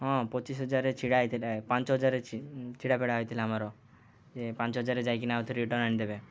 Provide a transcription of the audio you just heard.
ହଁ ପଚିଶି ହଜାରରେ ଛିଡ଼ା ହୋଇଥିଲା ପାଞ୍ଚ ହଜାରରେ ଛିଡ଼ା ବେଡ଼ା ହୋଇଥିଲା ଆମର ଯେ ପାଞ୍ଚ ହଜାରରେ ଯାଇକିନା ଆଉଥରେ ରିଟର୍ନ ଆଣିଦେବେ